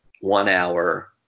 one-hour